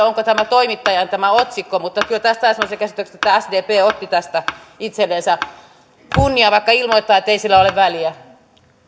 onko tämä otsikko toimittajan mutta kyllä tästä saa semmoisen käsityksen että sdp otti tästä itsellensä kunnian vaikka ilmoittaa että ei sillä ole väliä